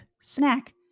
snack